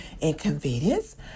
inconvenience